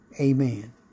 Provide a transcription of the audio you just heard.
Amen